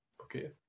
okay